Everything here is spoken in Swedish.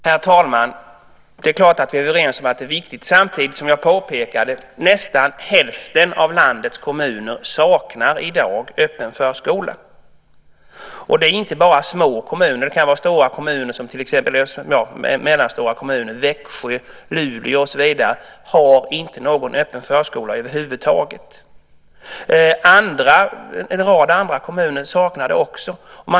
Herr talman! Det är klart att vi är överens om att det är viktigt. Samtidigt påpekar jag att nästan hälften av landets kommuner i dag saknar öppen förskola. Det är inte bara små kommuner, utan det kan vara stora och mellanstora kommuner som Växjö, Luleå och så vidare. De har inte någon öppen förskola över huvud taget. En rad andra kommuner saknar det också.